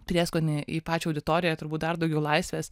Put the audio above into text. prieskonį į pačią auditoriją turbūt dar daugiau laisvės